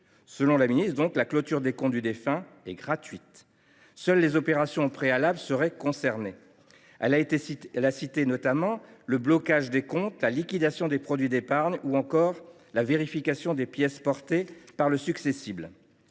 Selon la ministre, la clôture des comptes du défunt est donc gratuite. Seules les opérations préalables seraient concernées. Elle a cité notamment le blocage des comptes, la liquidation des produits d’épargne ou encore la vérification des pièces portées par le successible.